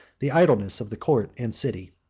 the idleness of the court and city.